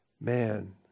man